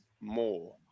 more